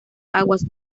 aguas